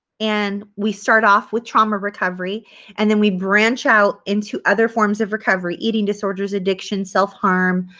and we start off with trauma recovery and then we branch out into other forms of recovery eating disorders, addiction, self-harm,